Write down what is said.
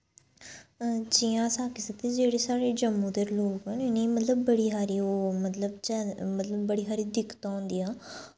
जि'यां अस आक्खी सकदे की जेह्ड़े साढ़े जम्मू दे लोग इनें ई मतलब बड़ी हारी ओह् मतलब बड़ी हारी दिक्कतां आंदियां